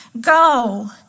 go